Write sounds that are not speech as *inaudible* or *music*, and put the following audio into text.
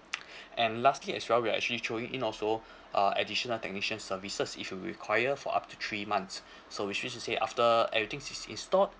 *noise* and lastly as well we are actually throwing in also uh additional technician services if you require for up to three months *breath* so which means to say uh after everything is installed